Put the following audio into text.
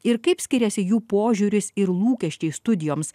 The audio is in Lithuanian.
ir kaip skiriasi jų požiūris ir lūkesčiai studijoms